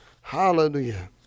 Hallelujah